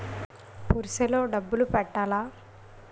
Purse లో డబ్బులు పెట్టలా?